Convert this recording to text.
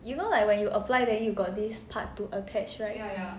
you know like when you apply then you got this part to attach right